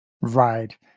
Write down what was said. Right